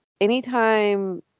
anytime